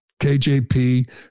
KJP